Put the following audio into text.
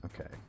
Okay